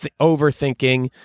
overthinking